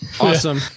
Awesome